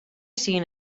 seen